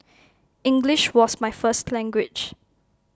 English was my first language